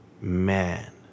Man